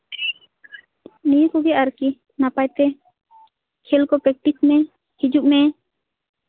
ᱱᱤᱭᱟᱹ ᱠᱚᱜᱮ ᱟᱨᱠᱤ ᱱᱟᱯᱟᱭ ᱛᱮ ᱠᱷᱮᱹᱞ ᱠᱚ ᱯᱮᱠᱴᱤᱥ ᱢᱮ ᱦᱤᱡᱩᱜ ᱢᱮ